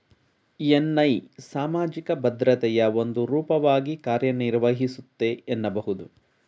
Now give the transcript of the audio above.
NI ಸಾಮಾಜಿಕ ಭದ್ರತೆಯ ಒಂದು ರೂಪವಾಗಿ ಕಾರ್ಯನಿರ್ವಹಿಸುತ್ತೆ ಎನ್ನಬಹುದು